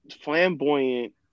flamboyant